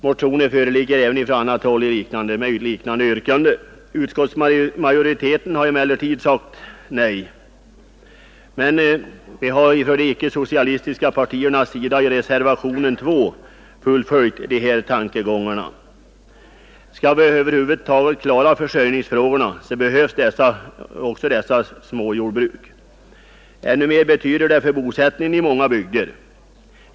Motioner föreligger även på annat håll med liknande yrkanden. Utskottsmajoriteten har emellertid sagt nej. De icke socialistiska partierna har i reservationen 2 fullföljt dessa tankegångar. Skall vi över huvud taget klara försörjningsfrågorna behövs också dessa småjordbruk. Ännu mera betyder de för bosättningen i många bygder.